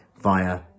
via